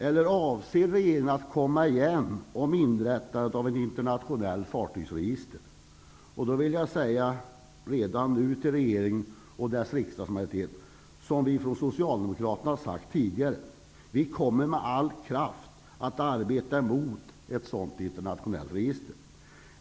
Eller avser regeringen att komma igen angående inrättande av ett internationellt fartygsregister? Jag vill redan nu säga till regeringen och riksdagsmajoriteten -- vi har från socialdemokratisk sida sagt det tidigare -- att vi med all kraft kommer att arbeta emot ett internationellt fartygsregister.